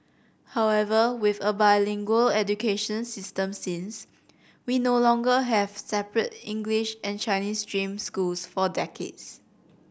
however with a bilingual education system since we no longer have separate English and Chinese stream schools for decades